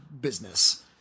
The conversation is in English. business